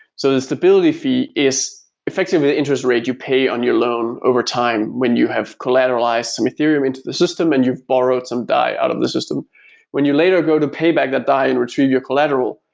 so the stability fee is effectively the interest rate you pay on your loan over time when you have collateralized some ethereum into the system and you've borrowed some dai out of the system when you later go to pay back that dai and retrieve your collateral,